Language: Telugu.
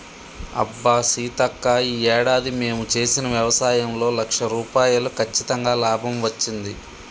అబ్బా సీతక్క ఈ ఏడాది మేము చేసిన వ్యవసాయంలో లక్ష రూపాయలు కచ్చితంగా లాభం వచ్చింది